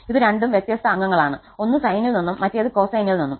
ഇത് രണ്ടും വ്യത്യസ്ത അംഗങ്ങളാണ് ഒന്ന് സൈനിൽ നിന്നും മറ്റേത് കോ സൈനിൽ നിന്നും